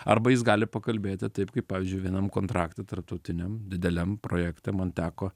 arba jis gali pakalbėti taip kaip pavyzdžiui vienam kontraktui tarptautiniam dideliam projekte man teko